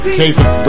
Chase